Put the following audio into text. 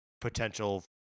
potential